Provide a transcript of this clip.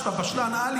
שאתה בשלן-על,